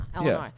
Illinois